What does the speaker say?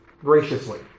graciously